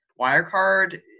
Wirecard